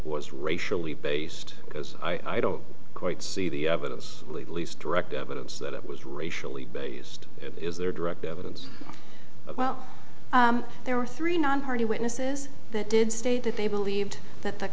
was racially based because i don't quite see the evidence released direct evidence that it was racially based is there direct evidence well there were three nonparty witnesses that did state that they believed that the